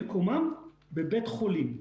מקומם בבית חולים.